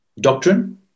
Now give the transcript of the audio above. doctrine